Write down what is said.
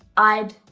i'd,